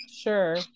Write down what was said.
sure